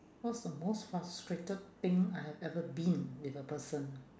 what's the most frustrated thing I have ever been with a person